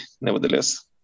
nevertheless